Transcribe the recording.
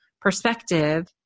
perspective